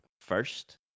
first